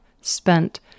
spent